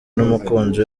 n’umukunzi